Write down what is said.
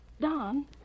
Don